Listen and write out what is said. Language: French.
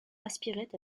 aspirait